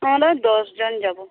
আমরা ওই দশ জন যাব